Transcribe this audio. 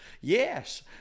Yes